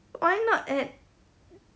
why not at